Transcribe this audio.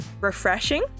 refreshing